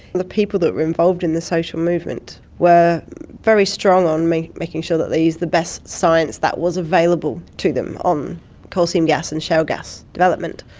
the people that were involved in the social movement were very strong on making sure that they used the best science that was available to them on coal seam gas and shale gas development.